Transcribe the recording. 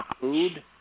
food